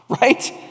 Right